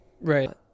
Right